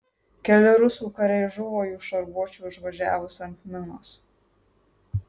keli rusų kariai žuvo jų šarvuočiui užvažiavus ant minos